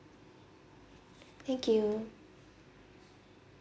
thank you